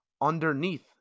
underneath